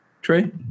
Trey